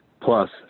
plus